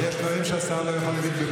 אבל יש דברים שהשר לא יכול לומר בפומבי.